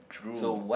drool